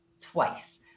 twice